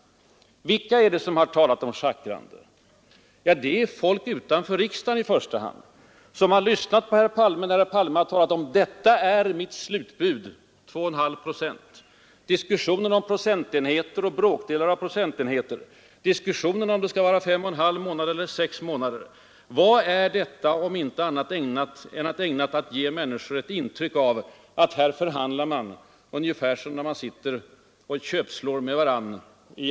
Men vilka är det som talat om ”schackrande”? Jo, det är i första hand folk utanför riksdagen, som har lyssnat på herr Palme när han förklarat: Detta är mitt slutbud — 2,5 procent! Och folket har följt diskussionerna om procentenheter och bråkdelar av procentenheter hit och dit och huruvida momssänkningen skall räcka fem och en halv månader eller sex månader. Vad är detta om inte ägnat att ge människor ett intryck av att här är det fråga om ett rent köpslående.